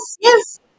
yes